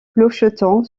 clocheton